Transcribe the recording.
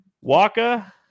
Waka